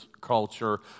culture